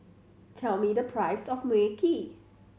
tell me the price of Mui Kee